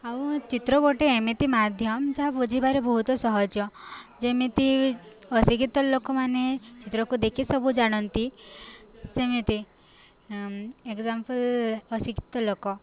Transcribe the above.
ଆଉ ଚିତ୍ର ଗୋଟେ ଏମିତି ମାଧ୍ୟମ ଯାହା ବୁଝିବାରେ ବହୁତ ସହଜ ଯେମିତି ଅଶିକ୍ଷିତ ଲୋକମାନେ ଚିତ୍ରକୁ ଦେଖି ସବୁ ଜାଣନ୍ତି ସେମିତି ଏକ୍ଜାମ୍ପଲ୍ ଅଶିକ୍ଷିତ ଲୋକ